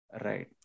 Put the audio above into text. Right